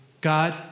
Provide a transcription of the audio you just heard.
God